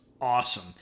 awesome